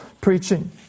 preaching